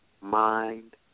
Mind